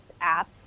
app